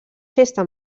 festa